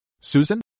Susan